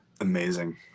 Amazing